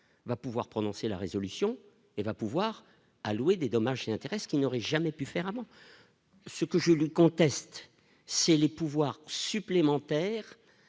va pouvoir prononcer la résolution et va pouvoir allouer des dommages et intérêts, ce qui n'aurait jamais pu faire moi ce que je conteste, c'est le pouvoir supplémentaire